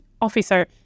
officer